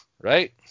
right